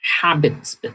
habits